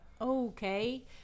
Okay